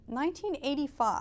1985